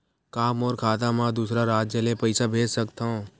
का मोर खाता म दूसरा राज्य ले पईसा भेज सकथव?